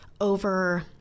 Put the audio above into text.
over